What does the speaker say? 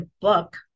book